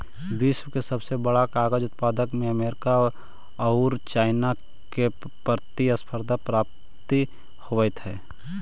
विश्व के सबसे बड़ा कागज उत्पादक में अमेरिका औउर चाइना में प्रतिस्पर्धा प्रतीत होवऽ हई